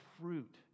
fruit